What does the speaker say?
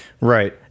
Right